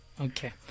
Okay